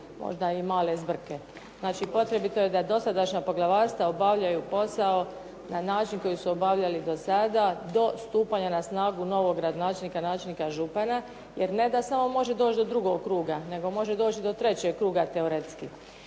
možda i male zbrke. Znači, potrebito je da dosadašnja poglavarstva obavljaju posao na način koji su obavljali do sada do stupanja na snagu novog gradonačelnika, načelnika, župana jer ne da samo može doći do drugog kruga nego može doći i do trećeg kruga teoretski.